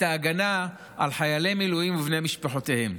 את ההגנה על חיילי מילואים ובני משפחותיהם.